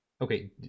okay